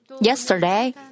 Yesterday